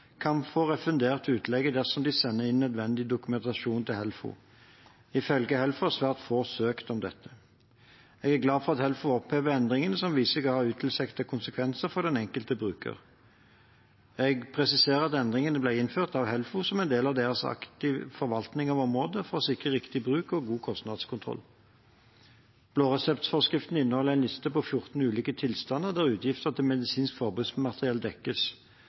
kan få refundert utlegget dersom de sender inn nødvendig dokumentasjon til Helfo. Ifølge Helfo har svært få søkt om dette. Jeg er glad for at Helfo opphevet endringer som viste seg å ha utilsiktede konsekvenser for enkelte brukere. Jeg presiserer at endringene ble innført av Helfo som en del av deres aktive forvaltning av området, for å sikre riktig bruk og god kostnadskontroll. Blåreseptforskriften inneholder en liste på 14 ulike tilstander der utgifter til medisinsk forbruksmateriell dekkes.